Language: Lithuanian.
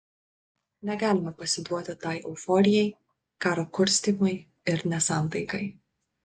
negalima pasiduoti tai euforijai karo kurstymui ir nesantaikai